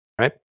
Right